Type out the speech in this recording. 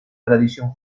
tradición